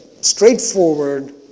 straightforward